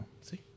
See